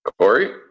Corey